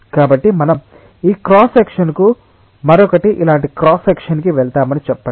కాబట్టి మనం ఈ క్రాస్ సెక్షన్కు మరొకటి ఇలాంటి క్రాస్ సెక్షన్ కి వెళ్తామని చెప్పండి